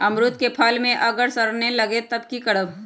अमरुद क फल म अगर सरने लगे तब की करब?